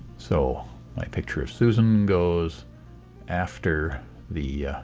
so my picture of susan goes after the